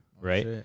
right